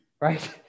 right